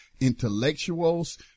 Intellectuals